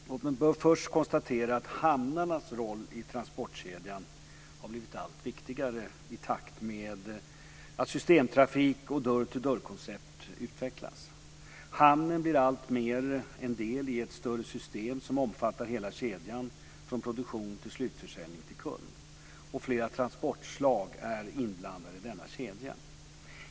Herr talman! Låt mig först konstatera att hamnarnas roll i transportkedjan har blivit allt viktigare i takt med att systemtrafik och dörr-till-dörr-koncept utvecklas. Hamnen blir alltmer en del i ett större system som omfattar hela kedjan från produktion till slutförsäljning till kund, och flera transportslag är inblandade i denna kedja.